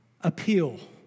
appeal